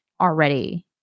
already